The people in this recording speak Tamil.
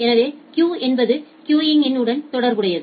எனவேகியூ என்பது கியூங்யின் உடன் தொடர்புடையது